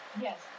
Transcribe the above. Yes